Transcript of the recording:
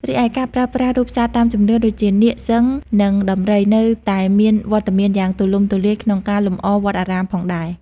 រីឯ ការប្រើប្រាស់រូបសត្វតាមជំនឿដូចជា នាគ សិង្ហ និងដំរី នៅតែមានវត្តមានយ៉ាងទូលំទូលាយក្នុងការលម្អវត្តអារាមផងដែរ។